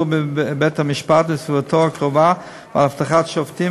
בבית-המשפט ובסביבתו הקרובה ועל אבטחת שופטים,